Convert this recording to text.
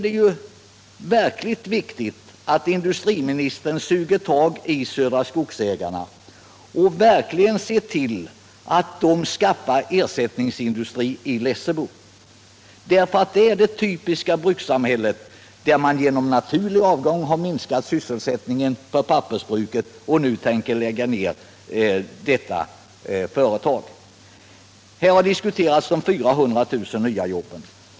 Det är verkligen viktigt att industriministern suger tag i Södra Skogsägarna och ser till att de skaffar ersättningsindustri i Lessebo. Det gäller här det typiska brukssamhället, där man genom naturlig avgång har minskat sysselsättningen för pappersbruket och nu tänker lägga ned företaget. Det har diskuterats om de 400 000 nya jobben.